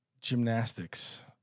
gymnastics